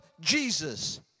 Jesus